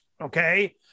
okay